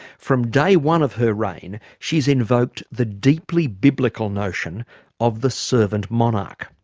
from day one of her reign she's invoked the deeply biblical notion of the servant monarch.